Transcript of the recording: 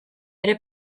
bere